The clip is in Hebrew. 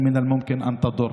במשך שנים ארוכות,